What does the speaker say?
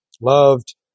loved